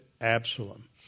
Absalom